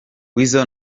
weasel